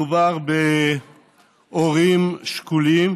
מדובר בהורים שכולים